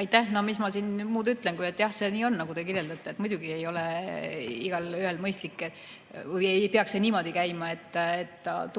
Aitäh! No mis ma siin muud ütlen, kui et jah, see nii on, nagu te kirjeldate. Muidugi ei ole igaühel mõistlik või ei peaks see niimoodi käima, et